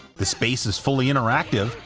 the space is fully interactive,